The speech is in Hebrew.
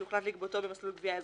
שהוחלט לגבותו במסלול גבייה אזרחי,